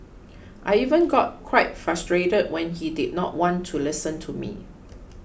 I even got quite frustrated when he did not want to listen to me